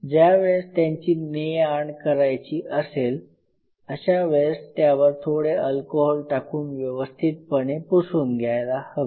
ज्यावेळेस त्यांची ने आण करायची असेल अशा वेळेस त्यावर थोडे अल्कोहोल टाकून व्यवस्थितपणे पुसून घ्यायला हवे